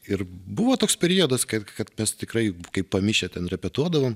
ir buvo toks priedas kad kad mes tikrai kaip pamišę ten repetuodavom